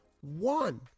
One